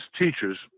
teachers